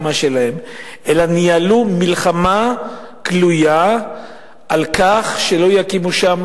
אלא ניהלו מלחמה גלויה על כך שלא יקימו מקווה שם,